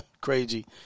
Crazy